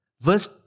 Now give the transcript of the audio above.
Verse